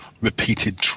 repeated